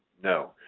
no,